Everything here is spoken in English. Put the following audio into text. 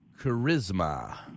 Charisma